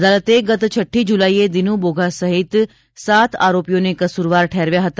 અદાલતે ગત છઠ્ઠી જૂલાઇએ દિનુ બોઘા સહિત સાત આરોપીઓને કસૂરવાર ઠેરવ્યા હતા